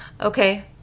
Okay